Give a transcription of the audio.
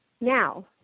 Now